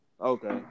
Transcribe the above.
Okay